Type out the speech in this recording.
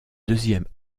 deuxième